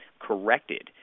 corrected